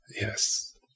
yes